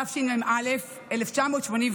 התשמ"א 1981,